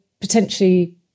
potentially